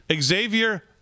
Xavier